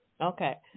Okay